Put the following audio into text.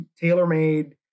tailor-made